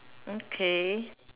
okay